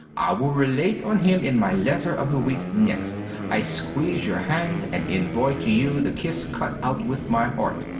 i will relate on him in my letter of the week next. i squeeze your hand, and envoy to you the kiss cut out with my heart.